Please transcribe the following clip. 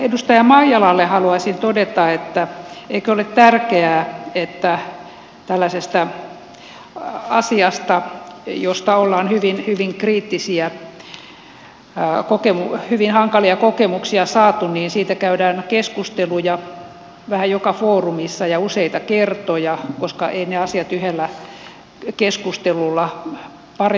edustaja maijalalle haluaisin todeta että eikö ole tärkeää että tällaisesta asiasta josta ollaan saatu hyvin hyvin kriittisiä hyvin hankalia kokemuksia käydään keskusteluja vähän joka foorumissa ja useita kertoja koska eivät ne asiat yhdellä keskustelulla paremmiksi muutu